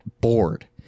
bored